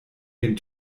den